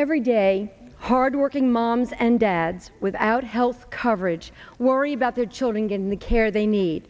every day hard working moms and dads without health coverage worry about their children getting the care they need